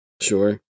sure